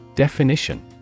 Definition